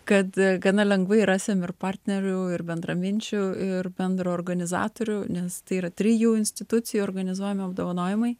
kad gana lengvai rasim ir partnerių ir bendraminčių ir bendrų organizatorių nes tai yra trijų institucijų organizuojami apdovanojimai